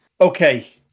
Okay